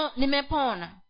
nimepona